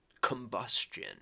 combustion